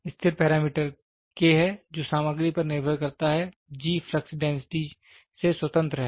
एक स्थिर parameter K है जो सामग्री पर निर्भर करता है G फ्लक्स डेंसिटी से स्वतंत्र है